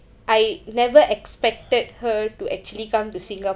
I never expected her to actually come to singapore